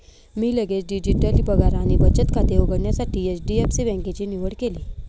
मी लगेच डिजिटल पगार आणि बचत खाते उघडण्यासाठी एच.डी.एफ.सी बँकेची निवड केली